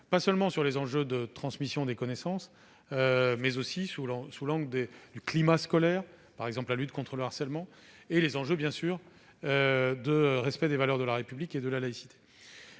non seulement sur les enjeux de transmission des connaissances, mais aussi sous l'angle du climat scolaire- par exemple, la lutte contre le harcèlement -et du respect des valeurs de la République et de la laïcité.